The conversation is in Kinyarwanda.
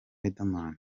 riderman